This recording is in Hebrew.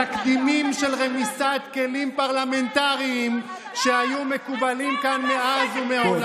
בתקדימים של רמיסת כלים פרלמנטריים שהיו מקובלים כאן מאז ומעולם,